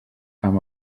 amb